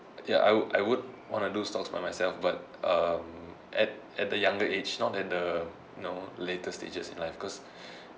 ya I would I would want to do stocks by myself but um at at the younger age not at the you know later stages in life because